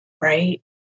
Right